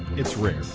it's rare.